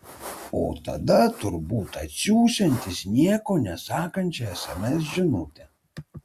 o tada turbūt atsiųsiantis nieko nesakančią sms žinutę